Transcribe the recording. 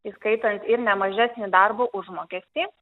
įskaitant ir ne mažesnį darbo užmokestį